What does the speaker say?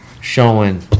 showing